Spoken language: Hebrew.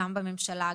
גם בממשלה,